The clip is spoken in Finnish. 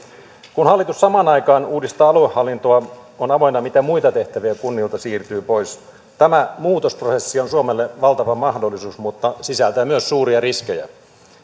kun hallitus samaan aikaan uudistaa aluehallintoa on avoinna mitä muita tehtäviä kunnilta siirtyy pois tämä muutosprosessi on suomelle valtava mahdollisuus mutta sisältää myös suuria riskejä